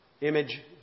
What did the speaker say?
image